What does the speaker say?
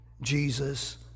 Jesus